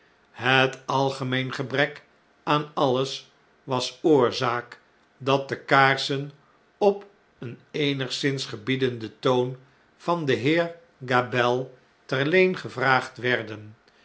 het algemeen gebrek aan alles was oorzaak dat de kaarsen op een eenigszins gebiedenden toon van den heer gabelle ter leen gevraagd werden